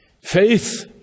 Faith